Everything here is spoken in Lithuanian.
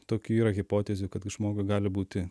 tokių yra hipotezių žmogui gali būti